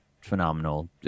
phenomenal